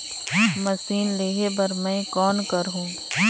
Machine लेहे बर मै कौन करहूं?